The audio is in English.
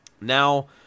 Now